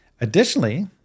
Additionally